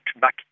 back